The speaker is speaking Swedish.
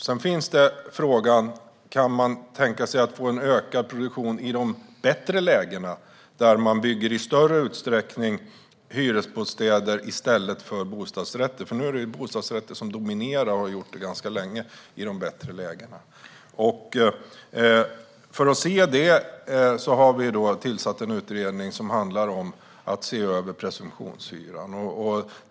Sedan är frågan om man kan tänka sig ökad produktion på de bättre lägena, att man där bygger hyresbostäder i större utsträckning i stället för bostadsrätter. Nu är det bostadsrätter som dominerar på de bättre lägena, och det har de gjort ganska länge. För att titta på det har vi tillsatt en utredning om presumtionshyran.